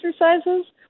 exercises